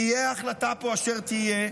תהיה ההחלטה פה אשר תהיה,